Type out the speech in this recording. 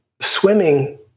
swimming